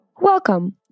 Welcome